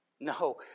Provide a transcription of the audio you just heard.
No